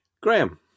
Graham